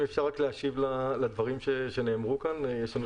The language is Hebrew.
אם אפשר רק להשיב לדברים שנאמרו כאן.